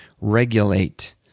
regulate